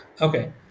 Okay